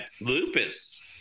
lupus